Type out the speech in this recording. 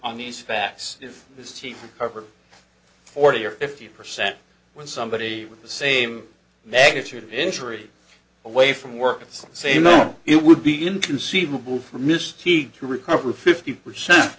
on these facts if this chief covered forty or fifty percent with somebody with the same magnitude of injury away from work as say you know it would be inconceivable for misty to recover fifty percent